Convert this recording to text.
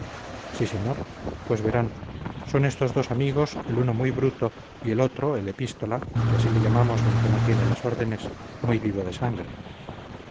sí señor pues verán son estos dos amigos el uno muy bruto y el otro el epístola que así le llamamos aunque no tiene las órdenes muy vivo de sangre